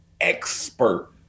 expert